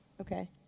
Okay